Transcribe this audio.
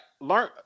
learn